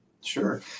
Sure